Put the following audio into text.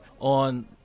on